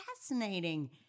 fascinating